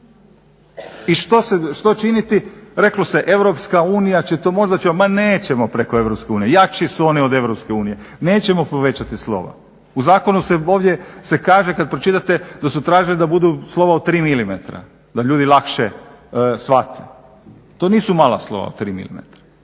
I što činiti? Reklo se, EU će možda to, ma nećemo preko EU, jači su oni od EU, nećemo povećati slova. U zakonu se ovdje se kaže kad pročitate da su tražili da budu slovo 3 milimetra, da ljudi lakše shvate. To nisu mala slova, 3